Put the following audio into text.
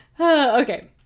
okay